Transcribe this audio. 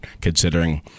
considering